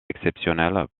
exceptionnelle